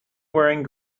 wearing